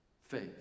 faith